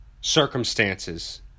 circumstances